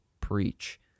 preach